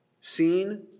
seen